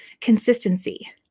consistency